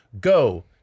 go